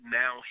now